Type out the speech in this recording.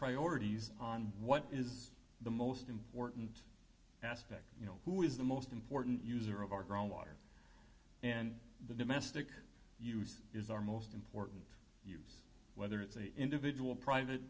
priorities on what is the most important aspect you know who is the most important user of our growing water and the domestic use is our most important it's whether it's an individual private